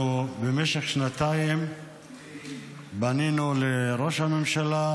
אנחנו במשך שנתיים פנינו לראש הממשלה,